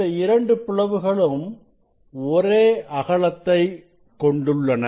இந்த இரண்டு பிளவுகளும் ஒரே அகலத்தை கொண்டுள்ளன